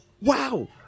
wow